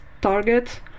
target